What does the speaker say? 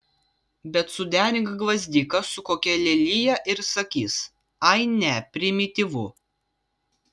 bet suderink gvazdiką su kokia lelija ir sakys ai ne primityvu